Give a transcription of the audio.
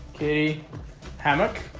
okay hammock